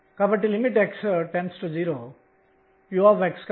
ఇవి ఏమి ఇస్తాయి